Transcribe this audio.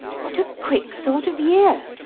what a quick sort of year!